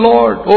Lord